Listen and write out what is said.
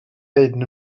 hyn